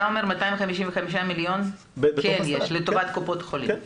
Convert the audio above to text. אתה אומר 255 מיליון כן יש לטובת קופות החולים.